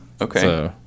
Okay